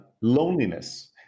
loneliness